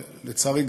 לצערי,